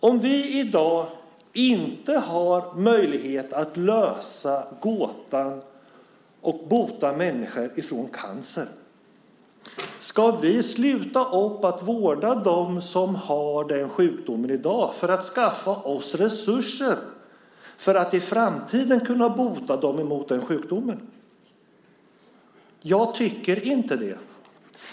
Om vi i dag inte har möjlighet att lösa gåtan och bota människor från cancer, ska vi då sluta upp att vårda dem som har den sjukdomen i dag för att skaffa oss resurser för att i framtiden kunna bota dem från den sjukdomen? Jag tycker inte det.